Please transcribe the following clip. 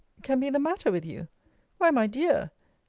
can be the matter with you why, my dear,